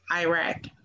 Iraq